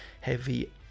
heavy